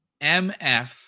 mf